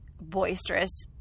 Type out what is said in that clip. boisterous